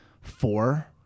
four